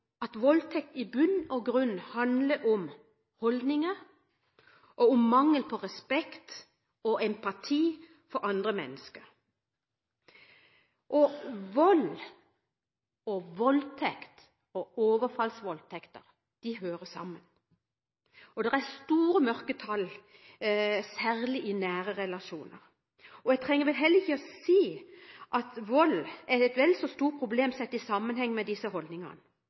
at voldtekt i bunn og grunn handler om holdninger og om mangel på respekt og empati for andre mennesker. Vold, voldtekt og overfallsvoldtekter hører sammen. Det er store mørketall, særlig i nære relasjoner, og jeg trenger vel heller ikke si at vold er et vel så stort problem sett i sammenheng med disse holdningene.